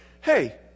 hey